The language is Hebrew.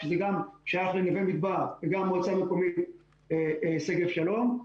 שזה גם שייך לנווה מדבר וגם למועצה המקומית שגב שלום.